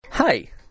Hi